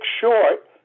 short